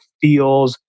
feels